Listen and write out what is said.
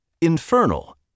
Infernal